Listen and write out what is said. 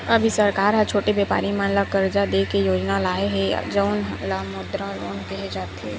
अभी सरकार ह छोटे बेपारी मन ल करजा दे के योजना लाए हे जउन ल मुद्रा लोन केहे जाथे